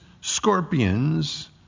scorpions